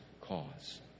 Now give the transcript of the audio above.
cause